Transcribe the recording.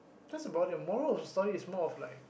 just about it moral of the story is more of like